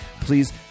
Please